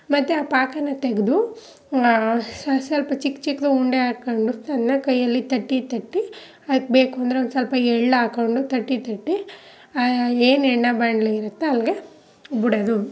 ಮತ್ತು ಆ ಪಾಕನ ತೆಗೆದು ಸ್ವ ಸ್ವಲ್ಪ ಚಿಕ್ಕ ಚಿಕ್ಕದು ಉಂಡೆ ಹಾಕೊಂಡು ತನ್ನ ಕೈಯ್ಯಲ್ಲಿ ತಟ್ಟೆ ತಟ್ಟೆ ಅದ್ಕೆ ಬೇಕು ಅಂದ್ರೆ ಒಂದು ಸ್ವಲ್ಪ ಎಳ್ಳಾಕ್ಕೊಂಡು ತಟ್ಟೆ ತಟ್ಟೆ ಏನು ಎಣ್ಣೆ ಬಾಣಲೆ ಇರುತ್ತೆ ಅಲ್ಲಿಗೆ ಬಿಡೋದು